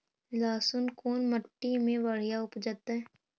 लहसुन कोन मट्टी मे बढ़िया उपजतै?